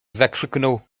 zakrzyknął